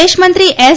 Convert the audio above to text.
વિદેશમંત્રી એસ